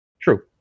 True